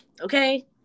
okay